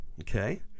okay